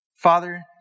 Father